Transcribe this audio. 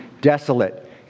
desolate